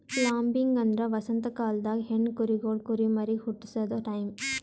lambing ಅಂದ್ರ ವಸಂತ ಕಾಲ್ದಾಗ ಹೆಣ್ಣ ಕುರಿಗೊಳ್ ಕುರಿಮರಿಗ್ ಹುಟಸದು ಟೈಂ